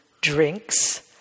drinks